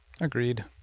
Agreed